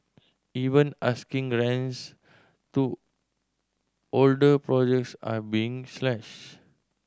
even asking rents to older projects are being slashed